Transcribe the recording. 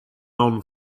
non